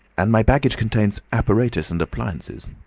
and my baggage contains apparatus and appliances.